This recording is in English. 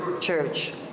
church